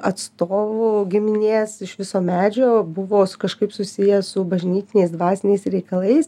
atstovų giminės iš viso medžio buvo kažkaip susiję su bažnytiniais dvasiniais reikalais